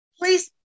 please